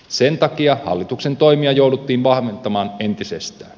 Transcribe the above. sen takia hallituksen toimia jouduttiin vahventamaan entisestään